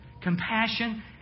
Compassion